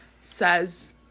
Says